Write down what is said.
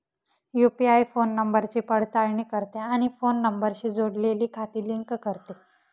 UPI phone नंबरची पडताळणी करते आणि फोन नंबरशी जोडलेली खाती लिंक करते